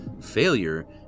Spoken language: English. Failure